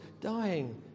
dying